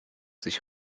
sich